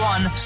One